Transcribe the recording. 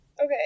Okay